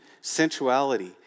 sensuality